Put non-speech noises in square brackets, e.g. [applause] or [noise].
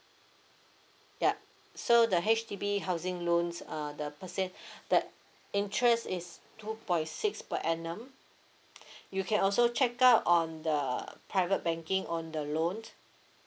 yup so the H_D_B housing loans err the percent [breath] that interest is two point six per annum [breath] you can also check out on the uh private banking on the loan